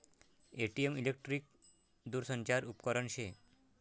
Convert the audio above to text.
ATM electric दूरसंचार उपकरन शे